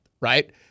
right